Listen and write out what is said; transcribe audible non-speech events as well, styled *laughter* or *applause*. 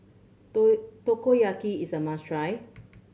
*unintelligible* takoyaki is a must try